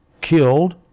killed